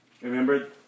Remember